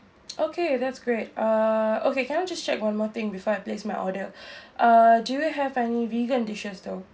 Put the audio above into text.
okay that's great uh okay can I just check one more thing before I place my order uh do you have any vegan dishes though